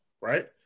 right